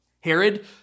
Herod